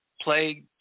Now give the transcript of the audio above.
play